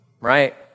right